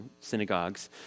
synagogues